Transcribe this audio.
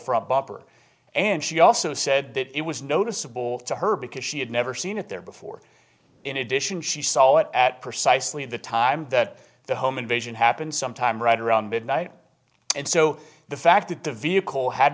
front bumper and she also said that it was noticeable to her because she had never seen it there before in addition she saw it at precisely the time that the home invasion happened sometime right around midnight and so the fact that the vehicle had